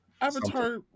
Avatar